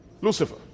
lucifer